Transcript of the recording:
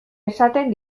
esaten